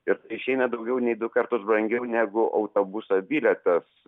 ir išeina daugiau nei du kartus brangiau negu autobuso bilietas